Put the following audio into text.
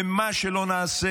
ומה שלא נעשה,